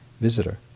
visitor